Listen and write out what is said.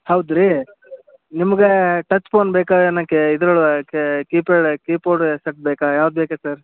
ಹೌದು ರಿ ನಿಮಗೆ ಟಚ್ ಫೋನ್ ಬೇಕಾ ಅನ್ನಕ್ಕೆ ಇದು ಕೀಪ್ಯಾಡ್ ಕೀಪೋಡ್ ಸಟ್ ಬೇಕಾ ಯಾವ್ದು ಬೇಕು ಸರ್